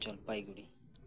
ᱡᱚᱞ ᱯᱟᱭᱜᱩᱲᱤ